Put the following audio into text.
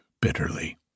bitterly